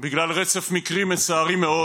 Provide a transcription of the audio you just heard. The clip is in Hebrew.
בגלל רצף מקרים מצערים מאוד,